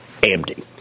AMD